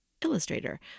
illustrator